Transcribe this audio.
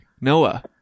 Noah